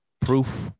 proof